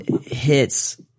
hits